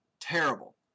terrible